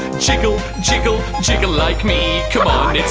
jiggle. jiggle. jiggle like me. come on,